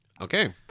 Okay